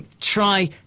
try